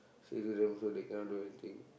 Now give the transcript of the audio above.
say to them also they cannot do anything